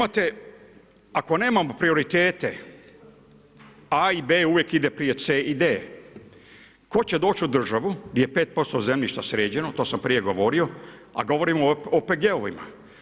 Ako nemamo prioritete A i B uvijek ide prije C i D, tko će doći u državu gdje je 5% zemljišta sređeno, to sam prije govori, a govorimo o OPG-ovima.